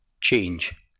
Change